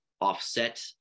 offset